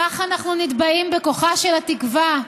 כך אנחנו נתבעים, בכוחה של התקווה,